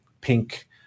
pink